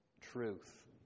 truth